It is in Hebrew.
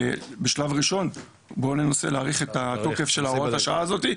בשלב ראשון בוא ננסה להאריך את התוקף של הוראת השעה הזאתי,